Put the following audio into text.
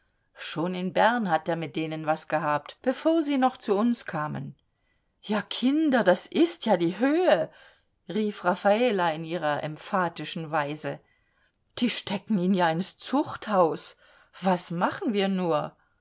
schon in bern hat er mit denen was gehabt bevor sie noch zu uns kamen ja kinder das ist ja die höhe rief raffala in ihrer emphatischen weise die stecken ihn ja ins zuchthaus was machen wir nur